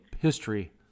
history